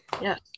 Yes